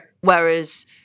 Whereas